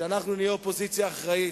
אנחנו נהיה אופוזיציה אחראית,